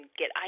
get